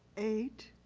eight